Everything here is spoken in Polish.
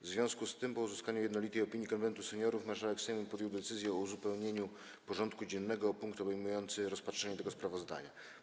W związku z tym, po uzyskaniu jednolitej opinii Konwentu Seniorów, marszałek Sejmu podjął decyzję o uzupełnieniu porządku dziennego o punkt obejmujący rozpatrzenie tego sprawozdania.